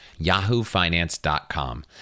yahoofinance.com